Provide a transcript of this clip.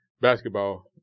basketball